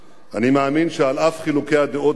אני מאמין שעל אף חילוקי הדעות בינינו